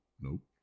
nope